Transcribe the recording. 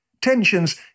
tensions